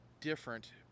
different